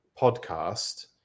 podcast